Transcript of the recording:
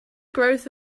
growth